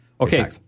Okay